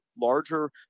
larger